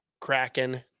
Kraken